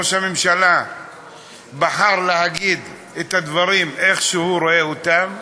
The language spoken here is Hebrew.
ראש הממשלה בחר להגיד את הדברים איך שהוא רואה אותם,